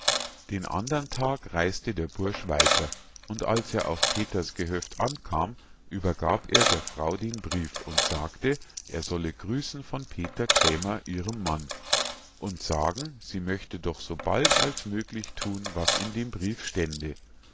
den andern tag reis'te der bursch weiter und als er auf peters gehöft ankam übergab er der frau den brief und sagte er solle grüßen von peter krämer ihrem mann und sagen sie möchte doch so bald als möglich thun was in dem brief stände